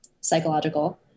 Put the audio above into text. psychological